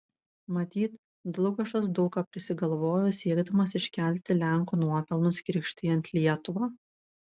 matyt dlugošas daug ką prisigalvojo siekdamas iškelti lenkų nuopelnus krikštijant lietuvą